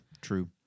True